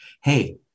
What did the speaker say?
Hey